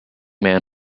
man